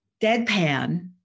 deadpan